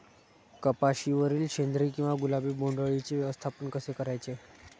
कपाशिवरील शेंदरी किंवा गुलाबी बोंडअळीचे व्यवस्थापन कसे करायचे?